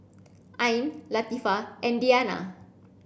Ain Latifa and Diyana